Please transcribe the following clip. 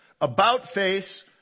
about-face